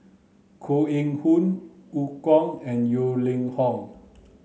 Koh Eng Hoon Eu Kong and Yeo Ning Hong